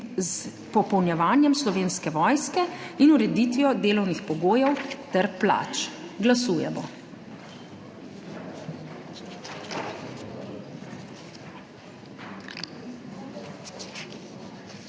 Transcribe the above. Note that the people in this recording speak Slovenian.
s popolnjevanjem Slovenske vojske in ureditvijo delovnih pogojev ter plač. Glasujemo.